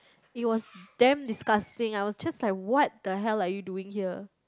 it was damn disgusting I was just like what the hell are you doing here